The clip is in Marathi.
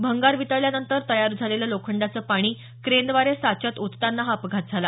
भंगार वितळल्यानंतर तयार झालेलं लोखंडांचं पाणी क्रेनद्वारे साच्यात ओतताना हा अपघात झाला